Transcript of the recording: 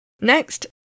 Next